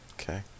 okay